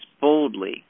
boldly